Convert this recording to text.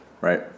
Right